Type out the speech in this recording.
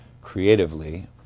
creatively